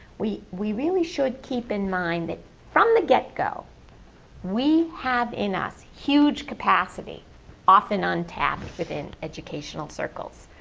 we we really should keep in mind that from the get-go we have in us huge capacity often untapped within educational circles.